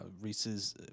Reese's